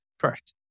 Correct